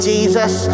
Jesus